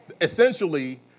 Essentially